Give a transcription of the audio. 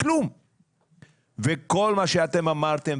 כל מה שאתם אמרתם,